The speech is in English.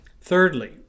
Thirdly